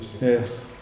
Yes